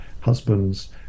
husbands